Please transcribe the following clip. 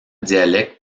dialecte